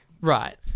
Right